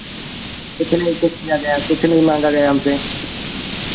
कुछ नहीं मैसेज किया गया कुछ नहीं माँगा गया हमसे